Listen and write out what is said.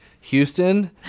Houston